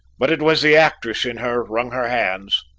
but it was the actress in her wrung her hands.